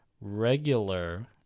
regular